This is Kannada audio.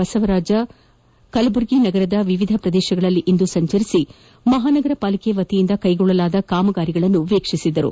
ಬಸವರಾಜ ಅವರಿಂದು ಕಲಬುರಗಿ ನಗರದ ವಿವಿಧ ಪ್ರದೇಶಗಳಲ್ಲಿ ಸಂಚರಿಸಿ ಮಹಾನಗರ ಪಾಲಿಕೆ ವತಿಯಿಂದ ಕೈಗೊಳ್ಳಲಾದ ಕಾಮಗಾರಿಗಳನ್ನು ವೀಕ್ಷಿಸಿದರು